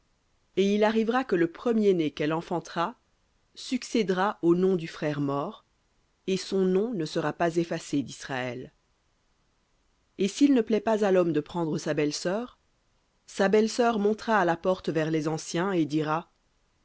et il arrivera que le premier-né qu'elle enfantera succédera au nom du frère mort et son nom ne sera pas effacé disraël et s'il ne plaît pas à l'homme de prendre sa belle-sœur sa belle-sœur montera à la porte vers les anciens et dira